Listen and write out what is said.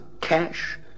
cash